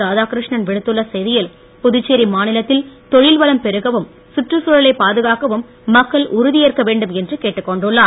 ராதாகிருஷ்ணன் விடுத்துள்ள செய்தியில் புதுச்சேரி மாநிலத்தில் தொழில்வளம் பெருகவும் சுற்றுச்சழலை பாதுகாக்கவும் மக்கள் உறுதியேற்க வேண்டும் என்று கேட்டுக் கொண்டுள்ளார்